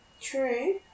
True